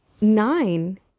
nine